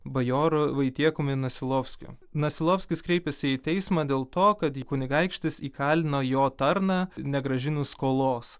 bajoru vaitiekumi nasilovskiu nasilovskis kreipėsi į teismą dėl to kad į kunigaikštis įkalino jo tarną negrąžinus skolos